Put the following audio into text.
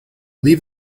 leave